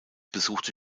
besuchte